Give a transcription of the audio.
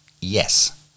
yes